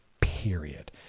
period